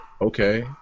Okay